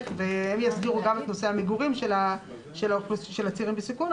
והן יסדירו גם את נושא המגורים של הצעירים בסיכון,